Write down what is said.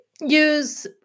use